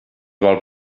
vol